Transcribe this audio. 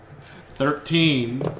Thirteen